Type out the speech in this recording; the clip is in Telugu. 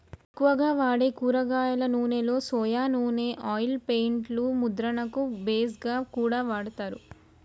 ఎక్కువగా వాడే కూరగాయల నూనెలో సొయా నూనె ఆయిల్ పెయింట్ లు ముద్రణకు బేస్ గా కూడా వాడతారు